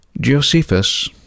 Josephus